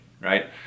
right